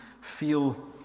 feel